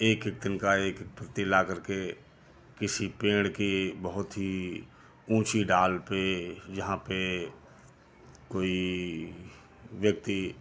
एक एक तिनका एक एक पत्ती ला करके किसी पेड़ की बहुत ही ऊँची डाल पे जहाँ पे कोई भी व्यक्ति